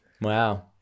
Wow